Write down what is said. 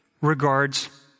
regards